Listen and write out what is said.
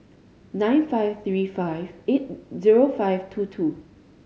nine five three five eight zero five two two